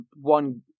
one